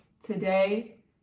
today